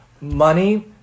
Money